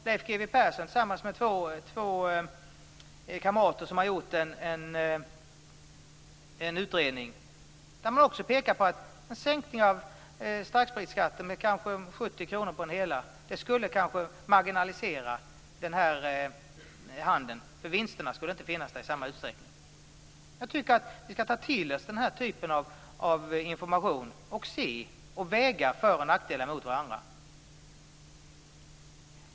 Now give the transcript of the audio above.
Leif G W Persson och två kamrater har gjort en utredning som pekar på att en sänkning av starkspritskatten med 70 kronor på en hel liter starksprit kanske skulle marginalisera denna handel, för att det skulle då inte bli vinster i samma utsträckning. Jag tycker att vi skall ta till oss den här typen av information och väga för och nackdelar mot varandra.